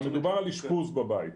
כן, המדובר על אשפוז בבית.